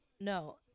No